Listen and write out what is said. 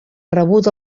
rebut